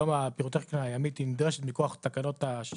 היום הפירוטכניקה הימית היא נדרשת מכוח תקנות הנמלים,